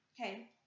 okay